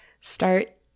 start